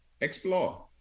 explore